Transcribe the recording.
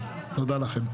תודה לכם.